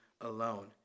alone